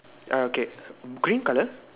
ah okay green colour